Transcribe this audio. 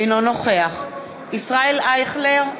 אינו נוכח ישראל אייכלר,